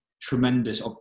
tremendous